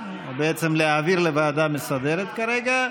או בעצם להעביר לוועדה המסדרת כרגע,